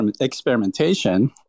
experimentation